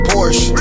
Porsche